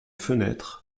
fenêtre